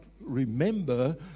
remember